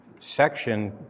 section